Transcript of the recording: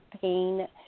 pain